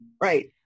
Right